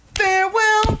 farewell